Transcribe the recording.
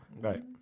Right